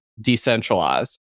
decentralized